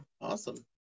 Awesome